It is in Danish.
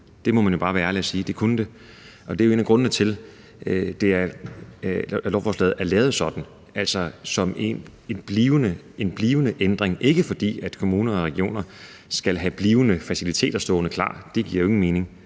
det må man bare være ærlig og sige. Og det er jo en af grundene til, at lovforslaget er lavet sådan, altså som en blivende ændring – ikke fordi kommunerne og regionerne skal have blivende faciliteter stående klar, for det giver jo ingen mening,